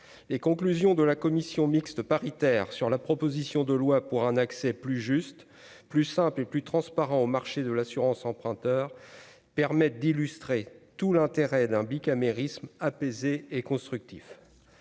et conclusions de la commission mixte paritaire sur la proposition de loi pour un accès plus juste, plus simple et plus transparent au marché de l'assurance emprunteur permet d'illustrer tout l'intérêt d'un bicamérisme apaisé et constructif,